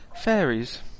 fairies